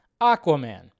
Aquaman